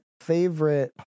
favorite